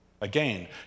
Again